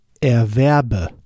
erwerbe